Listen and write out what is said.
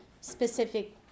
specific